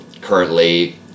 currently